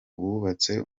wubatse